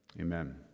Amen